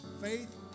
Faith